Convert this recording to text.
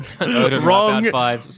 Wrong